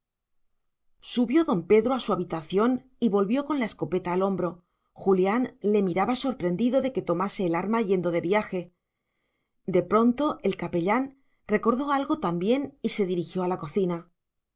subió don pedro a su habitación y volvió con la escopeta al hombro julián le miraba sorprendido de que tomase el arma yendo de viaje de pronto el capellán recordó algo también y se dirigió a la cocina